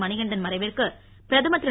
மணிகண்டன் மறைவிற்கு பிரதமர் திரு